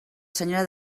senyora